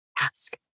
ask